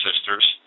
sisters